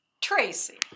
Tracy